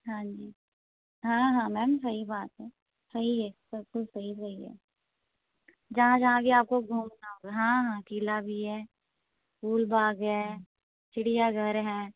हाँ जी हाँ हाँ मैम सही बात है सही है बिल्कुल सही सही है जहाँ जहाँ भी आपको घूमना होगा हाँ हाँ किला भी है फूलबाग है चिड़ियाघर है